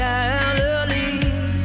Galilee